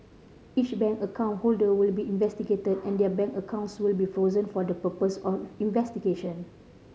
each bank account holder will be investigated and their bank accounts will be frozen for the purpose of investigation